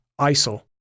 ISIL